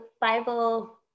Bible